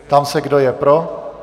Ptám se, kdo je pro.